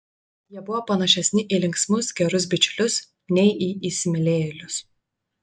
jie buvo panašesni į linksmus gerus bičiulius nei į įsimylėjėlius